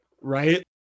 right